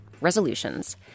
resolutions